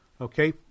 Okay